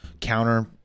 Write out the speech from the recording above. counter